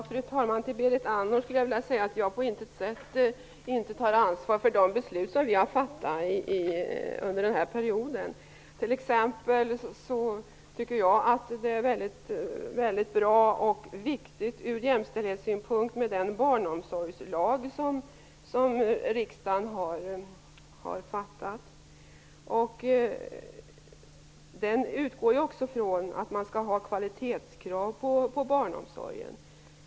Fru talman! Till Berit Andnor skulle jag vilja säga att det på intet sätt är så att jag inte tar ansvar för de beslut som vi har fattat under den här perioden. Jag tycker t.ex. att den barnomsorgslag som riksdagen har stiftat är mycket bra och viktig ur jämställdhetssynpunkt. Den utgår från att man skall ställa kvalitetskrav på barnomsorgen.